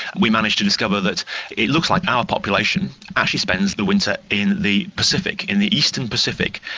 we managed to discover that it looks like our population actually spends the winter in the pacific, in the eastern pacific,